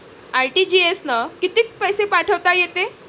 RTGS न कितीक पैसे पाठवता येते?